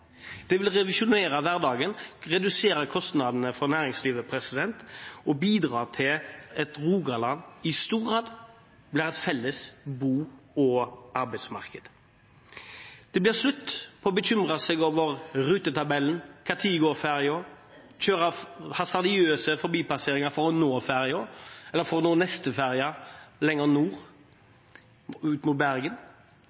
Det vil revolusjonere hverdagen, redusere kostnadene for næringslivet og bidra til at Rogaland i stor grad blir et felles bo- og arbeidsmarked. Det blir slutt på å bekymre seg over rutetabellen – når går fergen? – og slutt på hasardiøse forbipasseringer for å nå fergen, eller for å nå neste ferge lenger nord,